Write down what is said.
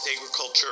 Agriculture